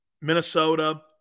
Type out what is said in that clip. Minnesota